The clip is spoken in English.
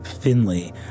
Finley